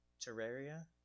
Terraria